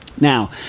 now